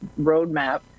roadmap